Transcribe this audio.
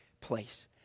place